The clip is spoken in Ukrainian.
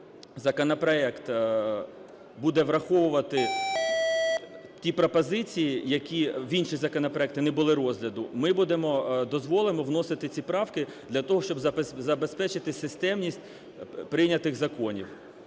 якщо законопроект буде враховувати ті пропозиції, які в інші законопроекти не було розгляду, ми будемо… дозволимо вносити ці правки для того, щоб забезпечити системність прийнятих законів.